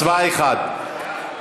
הצבעה אחת.